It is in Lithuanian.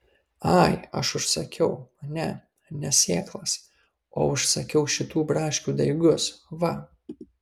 ai aš užsakiau ne ne sėklas o užsakiau šitų braškių daigus va